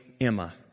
Emma